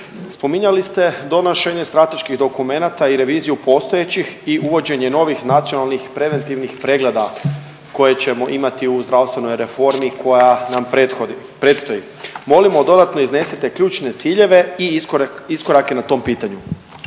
Spominjali ste donošenje strateških dokumenata i reviziju postojećih i uvođenje novih nacionalnih preventivnih pregleda koje ćemo imati u zdravstvenoj reformi koja nam predstoji. Molimo dodatno iznesite ključne ciljeve i iskorake na tom pitanju.